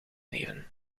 leven